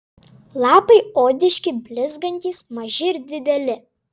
lapai odiški blizgantys maži ir dideli